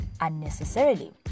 Unnecessarily